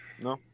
No